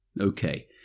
Okay